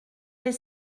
les